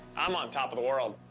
i'm on top of the world.